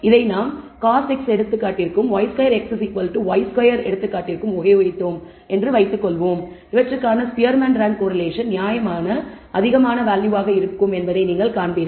இதை நாங்கள் cos x எடுத்துக்காட்டுக்கும் y2xy2 எடுத்துக்காட்டுக்கும் உபயோகித்தோம் என்று வைத்துக்கொள்வோம் இவற்றுக்கான ஸ்பியர்மேன் ரேங்க் கோரிலேஷன் நியாயமான அதிகமாக இருக்கும் என்பதை நீங்கள் காண்பீர்கள்